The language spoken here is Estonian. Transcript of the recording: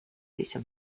sisse